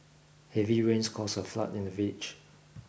heavy rains caused a flood in the village